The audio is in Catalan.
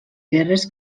guerres